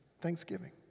thanksgiving